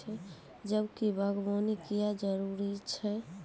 सब्जी बागवानी क्यो जरूरी?